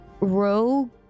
Rogue